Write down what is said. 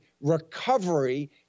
recovery